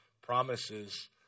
promises